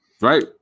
Right